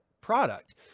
product